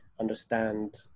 understand